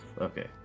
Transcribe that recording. Okay